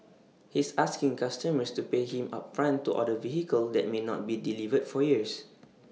he's asking customers to pay him upfront to order vehicles that may not be delivered for years